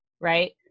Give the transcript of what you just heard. right